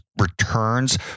returns